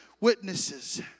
witnesses